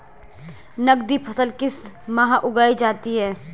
नकदी फसल किस माह उगाई जाती है?